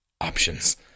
options